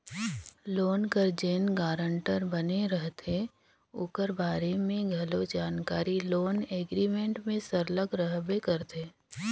loan कर जेन guarantor बने रहथे ओकर बारे में घलो जानकारी लोन एग्रीमेंट में सरलग रहबे करथे